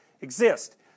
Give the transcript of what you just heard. exist